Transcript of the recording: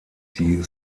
die